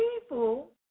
people